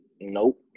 Nope